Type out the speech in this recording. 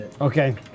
Okay